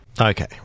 Okay